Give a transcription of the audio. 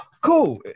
cool